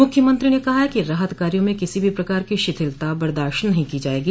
मुख्यमंत्री ने कहा है कि राहत कार्यो में किसी प्रकार की शिथिलता बर्दाश्त नहीं की जायेगी